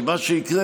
כי מה שיקרה,